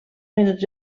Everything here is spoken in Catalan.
minuts